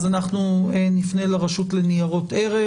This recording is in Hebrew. נפנה לרשות לניירות ערך.